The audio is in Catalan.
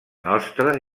nostra